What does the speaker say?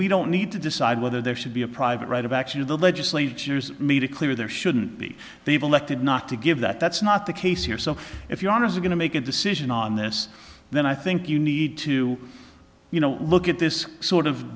we don't need to decide whether there should be a private right of action of the legislatures made it clear there shouldn't be they've elected not to give that that's not the case here so if your honour's are going to make a decision on this then i think you need to you know look at this sort of